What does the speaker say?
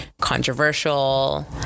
Controversial